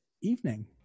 evening